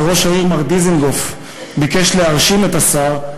וראש העיר מר דיזנגוף ביקש להרשים את השר,